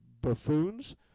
buffoons